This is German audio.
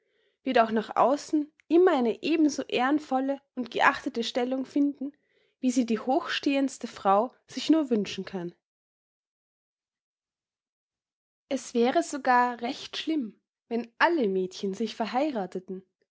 wird auch nach außen immer eine ebenso ehrenvolle und geachtete stellung finden wie sie die hochstehendste frau sich nur wünschen kann es wäre sogar recht schlimm wenn alle mädchen sich verheiratheten